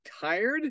tired